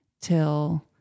till